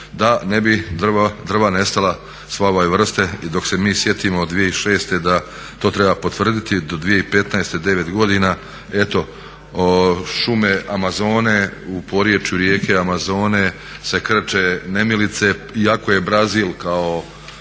da ne bi drva nestala sve ove vrste. I dok se mi sjetimo 2006. da to treba potvrditi do 2015. 9 godina eto šume Amazone u porječju rijeke Amazone se krče nemilice, iako je Brazil kao